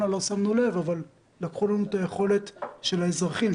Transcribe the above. לא שמנו לב אבל לקחו לנו את היכולת של האזרחים,